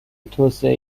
توسعه